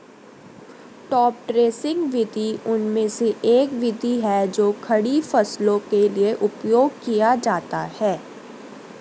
top dressing विधि उनमें से एक विधि है जो खड़ी फसलों के लिए उपयोग किया जाता है